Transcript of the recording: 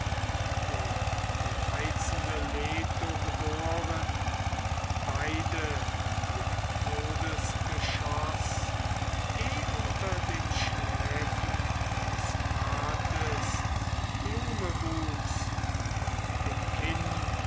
den die reizende leto geboren beide mit todesgeschoß eh unter den schläfen des bartes blume wuchs und den kinn